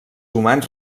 humans